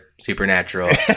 supernatural